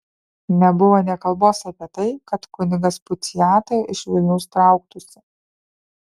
nebuvo nė kalbos apie tai kad kunigas puciata iš vilniaus trauktųsi